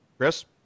Chris